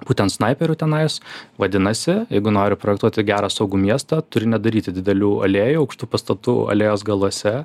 būtent snaiperių tenais vadinasi jeigu nori projektuoti gerą saugų miestą turi nedaryti didelių alėjų aukštų pastatų alėjos galuose